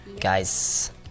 Guys